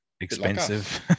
expensive